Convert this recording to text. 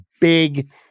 big